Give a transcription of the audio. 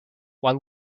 while